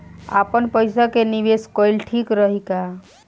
आपनपईसा के निवेस कईल ठीक रही का?